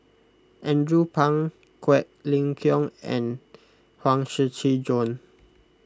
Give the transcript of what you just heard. Andrew Phang Quek Ling Kiong and Huang Shiqi Joan